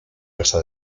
casa